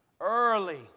early